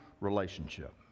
relationship